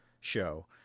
show